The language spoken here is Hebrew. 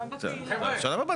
חבר'ה,